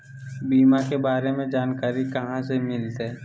बीमा के बारे में जानकारी कहा से मिलते?